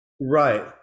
right